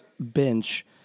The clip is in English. bench